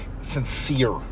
sincere